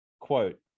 quote